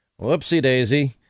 whoopsie-daisy